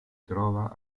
trova